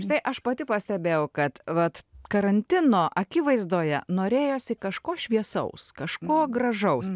štai aš pati pastebėjau kad vat karantino akivaizdoje norėjosi kažko šviesaus kažko gražaus